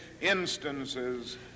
instances